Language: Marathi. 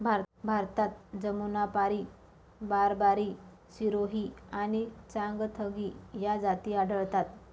भारतात जमुनापारी, बारबारी, सिरोही आणि चांगथगी या जाती आढळतात